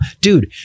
dude